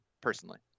Personally